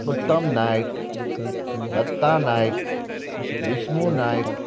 Uttam Nayak Datta Nayak Vishnu Naik